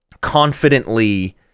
confidently